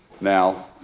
now